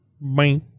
Bye